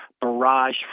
barrage